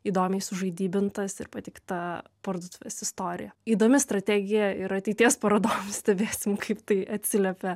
įdomiai sužaidybintas ir pateikta parduotuvės istorija įdomi strategija ir ateities parodoms stebėsim kaip tai atsiliepia